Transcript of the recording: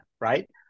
right